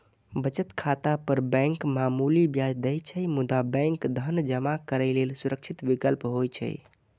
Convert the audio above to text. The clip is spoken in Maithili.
बचत खाता पर बैंक मामूली ब्याज दै छै, मुदा बैंक धन जमा करै लेल सुरक्षित विकल्प होइ छै